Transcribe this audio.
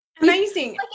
Amazing